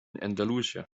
andalusia